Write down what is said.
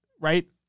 right